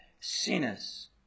sinners